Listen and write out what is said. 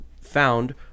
found